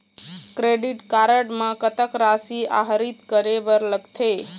Credit card म कतक राशि आहरित करे बर लगथे?